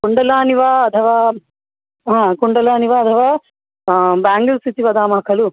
कुण्डलानि वा अथवा हा कुण्डलानि वा अथवा ब्याङ्गल्स् इति वदामः खलु